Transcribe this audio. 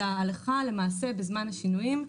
אלא הלכה למעשה בזמן השינויים.